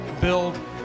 build